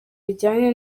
bijyanye